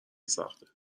سخته